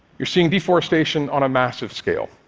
you're seeing deforestation on a massive scale.